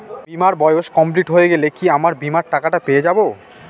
বীমার বয়স কমপ্লিট হয়ে গেলে কি আমার বীমার টাকা টা পেয়ে যাবো?